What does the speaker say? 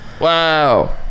wow